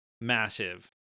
massive